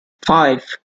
five